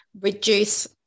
reduce